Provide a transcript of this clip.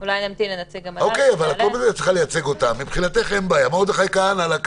המדינה תוודא כי המצוי בבידוד במקום לבידוד מטעם המדינה יוכל